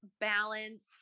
balance